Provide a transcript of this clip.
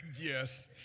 yes